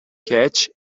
catch